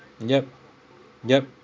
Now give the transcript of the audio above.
yup yup